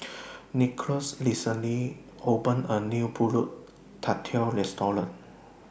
Nicklaus recently opened A New Pulut Tatal Restaurant